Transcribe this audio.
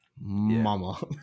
Mama